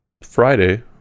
Friday